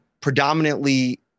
predominantly